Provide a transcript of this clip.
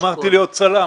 אצלך יום לפני הבחירות.